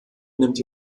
nimmt